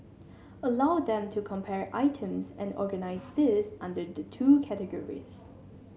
allow them to compare items and organise these under the two categories